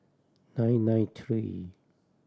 nine nine three